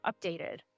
updated